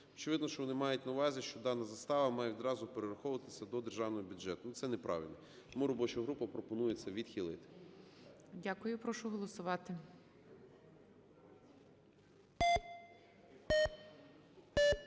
Очевидно, що вони мають на увазі, до дана застава має відразу перераховуватися до державного бюджету. Ну, це неправильно. Тому робоча група пропонує це відхилити. ГОЛОВУЮЧИЙ. Дякую. Прошу голосувати.